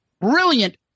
Brilliant